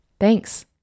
Thanks